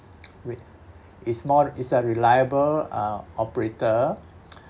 reliable is more is a reliable uh operator